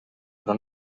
però